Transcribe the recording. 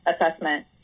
assessment